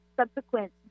subsequent